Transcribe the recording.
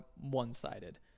one-sided